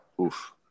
oof